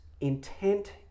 intent